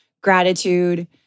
gratitude